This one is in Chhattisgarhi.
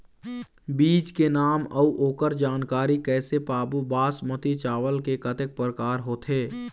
बीज के नाम अऊ ओकर जानकारी कैसे पाबो बासमती चावल के कतेक प्रकार होथे?